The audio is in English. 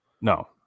No